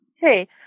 Hey